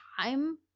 time